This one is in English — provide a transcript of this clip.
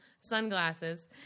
sunglasses